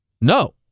No